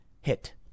hit